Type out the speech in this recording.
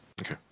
Okay